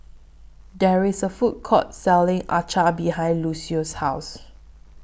There IS A Food Court Selling Acar behind Lucio's House